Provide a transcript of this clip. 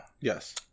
Yes